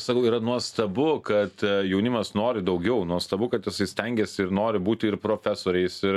sakau yra nuostabu kad jaunimas nori daugiau nuostabu kad jisai stengiasi ir nori būti ir profesoriais ir